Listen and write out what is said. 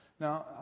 Now